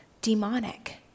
demonic